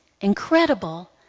incredible